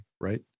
right